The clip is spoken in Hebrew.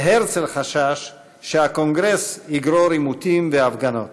והרצל חשש שהקונגרס יגרור עימותים והפגנות.